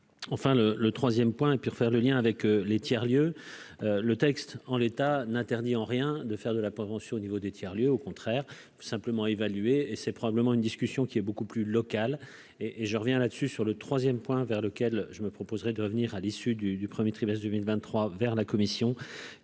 enfin le le 3ème point pour faire le lien avec les tiers-lieux le texte en l'état, n'interdit en rien de faire de la prévention, au niveau des tiers-lieux au contraire simplement évalué et c'est probablement une discussion qui est beaucoup plus locale et et je reviens là-dessus, sur le 3ème point vers lequel je me proposerai de venir à l'issue du du 1er trimestre 2023 vers la commission